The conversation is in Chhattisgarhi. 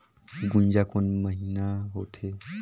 गुनजा कोन महीना होथे?